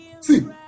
See